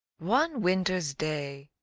one winter's day,